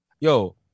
Yo